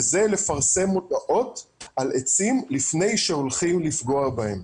וזה לפרסם מודעות על עצים לפני שהולכים לפגוע בהם.